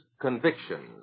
convictions